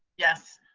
yes.